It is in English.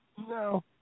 No